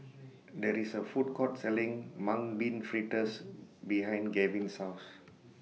There IS A Food Court Selling Mung Bean Fritters behind Gavin's House